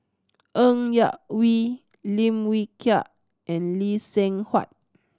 Ng Yak Whee Lim Wee Kiak and Lee Seng Huat